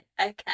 Okay